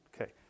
Okay